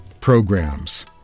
programs